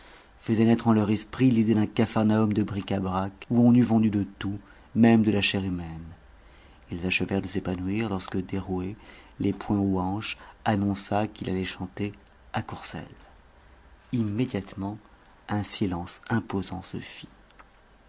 faisait naître en leur esprit l'idée d'un capharnaüm de bric-à-brac où on eût vendu de tout même de la chair humaine ils achevèrent de s'épanouir lorsque derouet les poings aux hanches annonça qu'il allait chanter à courcelles immédiatement un silence imposant